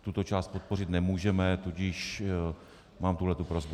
Tuto část podpořit nemůžeme, tudíž mám tuhletu prosbu.